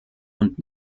und